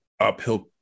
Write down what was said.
uphill